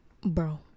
Bro